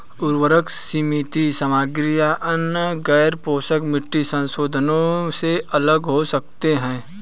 उर्वरक सीमित सामग्री या अन्य गैरपोषक मिट्टी संशोधनों से अलग हो सकते हैं